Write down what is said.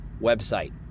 website